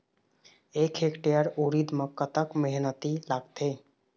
एक हेक्टेयर उरीद म कतक मेहनती लागथे?